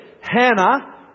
Hannah